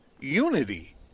unity